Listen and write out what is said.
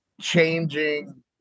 changing